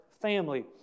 family